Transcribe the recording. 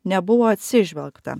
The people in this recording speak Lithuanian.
nebuvo atsižvelgta